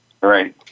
Right